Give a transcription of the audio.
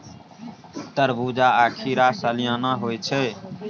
तरबूज्जा आ खीरा सलियाना होइ छै